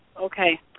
okay